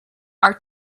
are